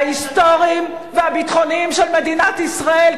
ההיסטוריים והביטחוניים של מדינת ישראל,